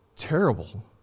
Terrible